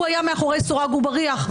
הוא היה מאחורי סורג ובריח,